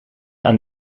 aan